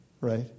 Right